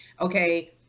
Okay